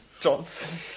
Johnson